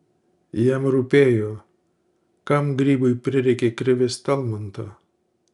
jam rūpėjo kam grygui prireikė krivės talmanto